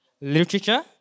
literature